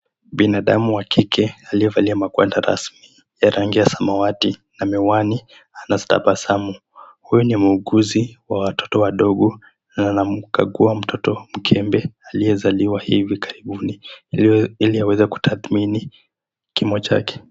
Binadamu wa kike aliyevalia magwanda rasmi ya rangi ya samawati na miwani anatabasamu. Huyu ni muuguzi wa watoto wadogo na anamkagua mkembe mtoto alliyezaliwa hivi karibuni, ili aweze kutadhamini kimo chake.